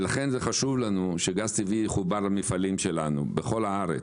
לכן חשוב לנו שגז טבעי יחובר למפעלים שלנו בכל הארץ.